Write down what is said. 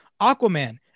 Aquaman